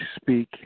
speak